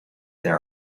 there